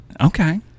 Okay